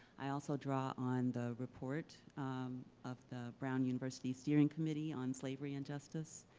i also draw on the report of the brown university steering committee on slavery and justice.